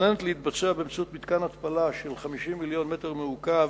מתוכננת להתבצע באמצעות מתקן התפלה של כ-50 מיליון מטר מעוקב